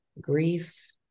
grief